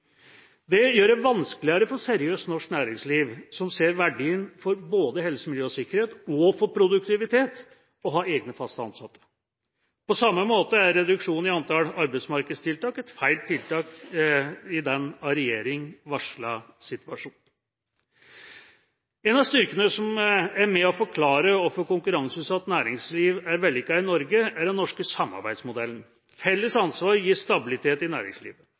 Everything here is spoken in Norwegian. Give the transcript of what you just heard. gjør det vanskeligere for seriøst norsk næringsliv, som ser verdien både for helse, miljø og sikkerhet og for produktivitet å ha egne, faste ansatte. På samme måte er reduksjonen i antall arbeidsmarkedstiltak et feil tiltak i den av regjeringa varslede situasjonen. En av styrkene til og det som er med på å forklare hvorfor konkurranseutsatt næringsliv er vellykket i Norge, er den norske samarbeidsmodellen. Felles ansvar gir stabilitet i næringslivet,